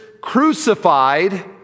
crucified